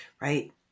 Right